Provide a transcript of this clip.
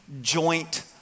joint